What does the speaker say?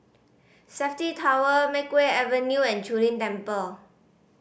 Safti Tower Makeway Avenue and Zu Lin Temple